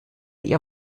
ihr